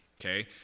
okay